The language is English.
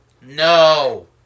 No